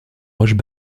roches